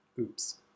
Oops